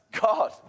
God